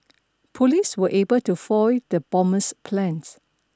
police were able to foil the bomber's plans